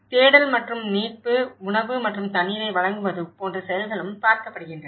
தேடல் மற்றும் மீட்பு உணவு மற்றும் தண்ணீரை வழங்குவது போன்ற செயல்களும் பார்க்கப்படுகின்றன